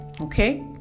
Okay